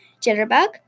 Jitterbug